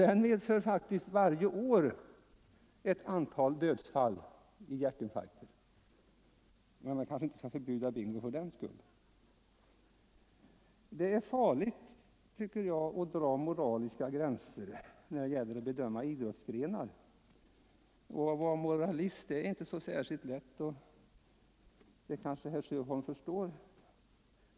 Den medför varje år ett antal dödsfall i hjärtinfarkter. Men man skall kanske inte förbjuda bingo fördenskull. Jag tycker att det är farligt att dra moraliska gränser när det gäller att bedöma idrottsgrenar. Att vara moralist är inte så särskilt lätt — det kanske herr Sjöholm förstår.